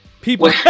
People